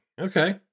Okay